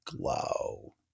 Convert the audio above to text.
glow